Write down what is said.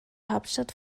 hauptstadt